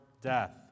death